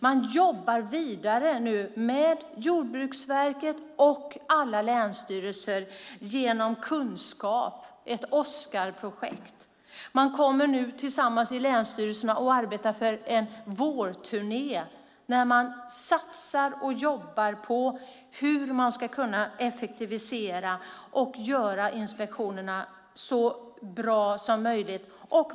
Man jobbar nu vidare med Jordbruksverket och alla länsstyrelser genom kunskap i ett Oskarprojekt. Länsstyrelserna kommer nu tillsammans att arbeta för en vårturné där man satsar och jobbar på hur man ska kunna effektivisera inspektionerna och göra dem så bra som möjligt.